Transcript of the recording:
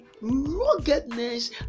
ruggedness